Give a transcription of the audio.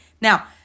now